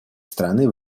страны